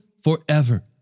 forever